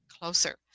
closer